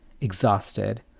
Exhausted